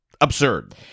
absurd